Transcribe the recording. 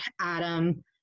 Adam